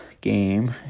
game